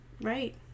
right